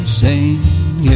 sing